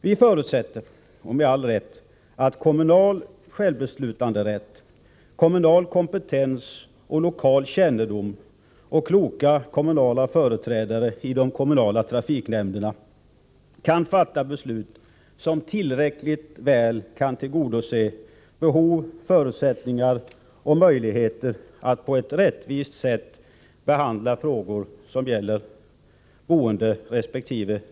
Vi förutsätter, med all rätt, att kommunal självbestämmanderätt, kommunal kompetens, lokalkännedom och kloka kommunala företrädare i trafiknämnderna tillräckligt väl tillgodoser behovet och möjligheterna att på ett rättvist sätt besluta i frågor som gäller boenderesp.